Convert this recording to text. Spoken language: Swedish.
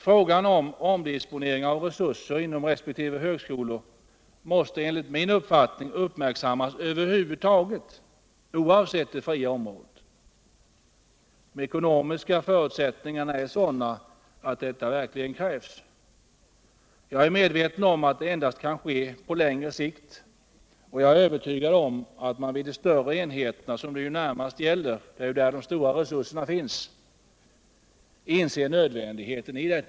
Frågan om omdisponcring av resurser inom resp. högskolor måste enligt min uppfattning uppmärksammas över huvud taget. oavsett det fria området. De ekonomiska förutsättningarna är sådana att detta verkligen krävs. Jag är medveten om att detta endast kan ske på längre sikt, och jag är övertygad om att man vid de större enheterna — det är ju dessa det närmast gäller, eftersom det är där de stora resurserna finns — inser nödvändigheten härav.